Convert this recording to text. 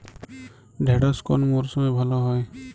ঢেঁড়শ কোন মরশুমে ভালো হয়?